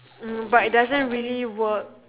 mm but it doesn't really work